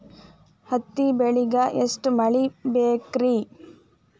ಹತ್ತಿ ಬೆಳಿಗ ಎಷ್ಟ ಮಳಿ ಬೇಕ್ ರಿ?